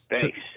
Thanks